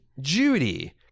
Judy